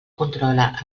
controla